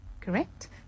Correct